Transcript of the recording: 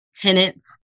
tenants